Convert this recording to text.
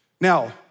Now